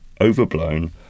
overblown